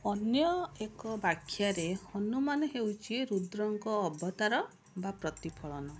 ଅନ୍ୟ ଏକ ବ୍ୟାଖ୍ୟାରେ ହନୁମାନ ହେଉଛି ରୁଦ୍ରଙ୍କ ଅବତାର ବା ପ୍ରତିଫଳନ